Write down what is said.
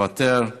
מוותר,